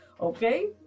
Okay